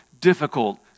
difficult